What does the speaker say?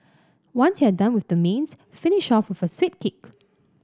once you're done with the mains finish off with a sweet kick